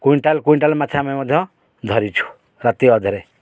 quintal quintal ମାଛ ଆମେ ମଧ୍ୟ ଧରିଛୁ ରାତି ଅଧରେ